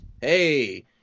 hey